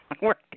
work